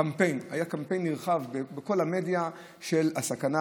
היה קמפיין נרחב בכל המדיה על הסכנה